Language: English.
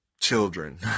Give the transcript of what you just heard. children